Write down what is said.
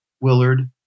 Willard